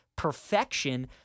perfection